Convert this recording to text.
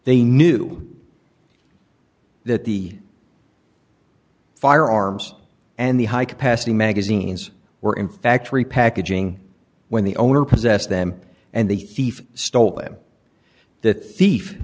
they knew that the firearms and the high capacity magazines were in fact repackaging when the owner possessed them and the thief stole them that thief